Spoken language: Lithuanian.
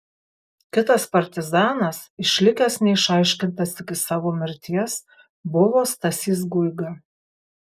kitas partizanas išlikęs neišaiškintas iki savo mirties buvo stasys guiga